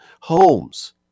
homes